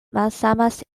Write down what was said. malsamas